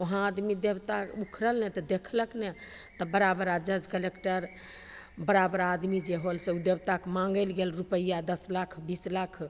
वहाँ आदमी देवता उखड़ल ने तऽ देखलक ने तऽ बड़ा बड़ा जज कलक्टर बड़ा बड़ा आदमी जे होल से ओ देवता के माँगैले गेल रुपैआ दस लाख बीस लाख